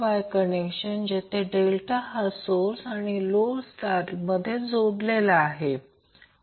VAN VL √ 3 Vp √ √3 angle Δ केसमध्ये line voltage phase voltage असते